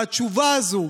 והתשובה הזאת,